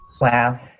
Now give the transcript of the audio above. Wow